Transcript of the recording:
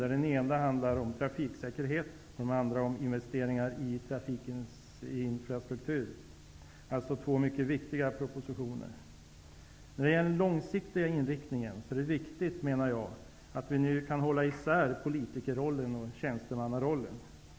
Den ena handlar om trafiksäkerhet, och den andra om investeringar i trafikens infrastruktur. Det är således två mycket viktiga propositioner. När det gäller den långsiktiga inriktningen menar jag att vi nu kan hålla isär politikerrollen och tjänstemannarollen.